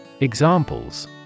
Examples